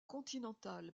continentales